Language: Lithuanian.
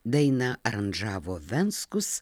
dainą aranžavo venckus